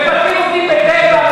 מפטרים עובדים ב"טבע",